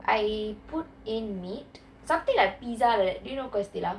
I put in meat something like pizza like that do you know quesadilla